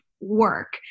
work